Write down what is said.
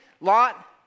Lot